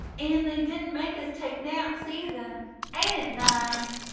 an' they didn't make us take naps, either. ain't it nice?